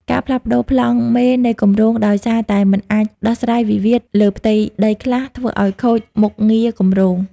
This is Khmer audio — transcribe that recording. ការផ្លាស់ប្តូរប្លង់មេនៃគម្រោងដោយសារតែមិនអាចដោះស្រាយវិវាទលើផ្ទៃដីខ្លះ ធ្វើឱ្យខូចមុខងារគម្រោង។